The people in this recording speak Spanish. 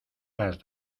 las